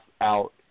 out